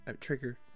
trigger